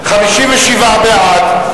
57 בעד,